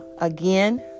again